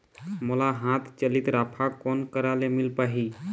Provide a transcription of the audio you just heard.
मोला हाथ चलित राफा कोन करा ले मिल पाही?